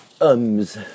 ums